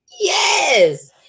Yes